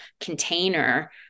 container